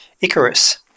Icarus